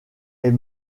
est